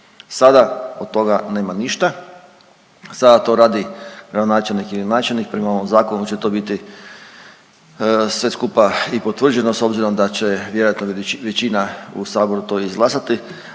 Sada od toga nema ništa, sada to radi gradonačelnik ili načelnik. Prema ovom zakonu će to biti sve skupa i potvrđeno s obzirom da će vjerojatno većina u saboru to i izglasati,